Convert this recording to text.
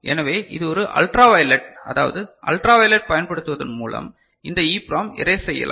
எனவே இது ஒரு அல்ட்ரா வயலெட் அதாவது அல்ட்ரா வயலெட் பயன்படுத்துவதன் மூலம் இந்த EPROM எரேஸ் செய்யலாம்